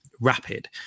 rapid